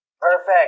Perfect